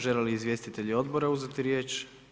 Žele li izvjestitelji odbora uzeti riječ?